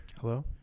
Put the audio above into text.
Hello